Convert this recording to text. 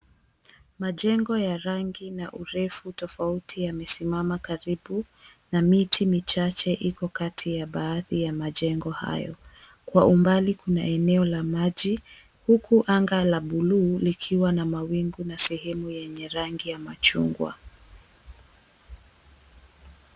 Majengo ya rangi na urefu tofauti yamesimama karibu na miti michache, iko kati ya baadhi ya majengo hayo. Kwa umbali, kuna eneo la maji, huku anga la buluu likiwa na mawingu na sehemu yenye rangi ya machungwa.